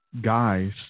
guys